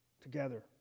together